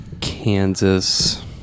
Kansas